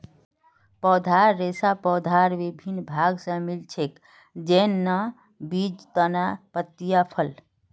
पौधार रेशा पौधार विभिन्न भाग स मिल छेक, जैन न बीज, तना, पत्तियाँ, फल